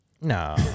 No